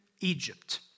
Egypt